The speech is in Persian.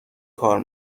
کار